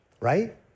Right